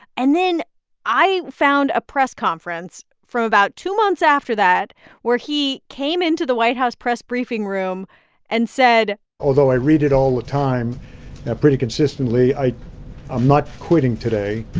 and then i found a press conference from about two months after that where he came into the white house press briefing room and said. although i read it all the time pretty consistently, i am not quitting today